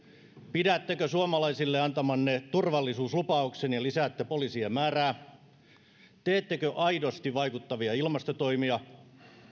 pidättekö suomalaisille antamanne turvallisuuslupauksen ja lisäätte poliisien määrää teettekö aidosti vaikuttavia ilmastotoimia